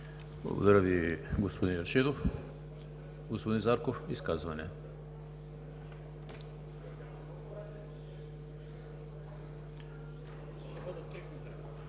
Благодаря Ви, господин Рашидов. Господин Зарков, изказване. КРУМ